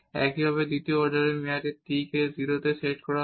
একইভাবে দ্বিতীয় অর্ডারের মেয়াদে আবার t কে 0 এ সেট করা হবে